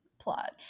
plot